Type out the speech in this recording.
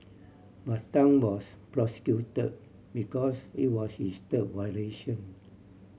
but Tan was prosecuted because it was his third violation